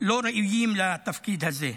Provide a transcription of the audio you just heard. שלא ראויים לתפקיד הזה.